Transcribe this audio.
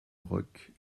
roques